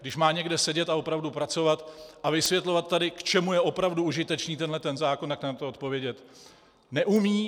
Když má někde sedět a opravdu pracovat a vysvětlovat tady, k čemu je opravdu užitečný tenhle zákon, tak na to odpovědět neumí.